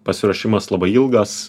pasiruošimas labai ilgas